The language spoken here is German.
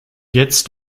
jetzt